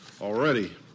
already